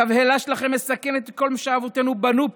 התבהלה שלכם מסכנת את כל מה שאבותינו בנו פה.